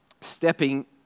stepping